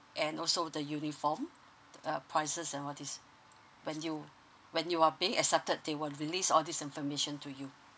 and also the uniform uh prices and all these when you when you are being accepted they will release all this information to you